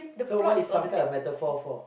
so what is sangkar a metaphor for